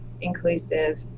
inclusive